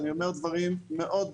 אני אומר דברים מאוד ברורים,